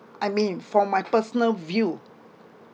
I mean for my personal view